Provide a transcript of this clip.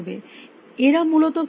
এরা মূলত কিভাবে এটি করে